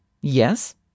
Yes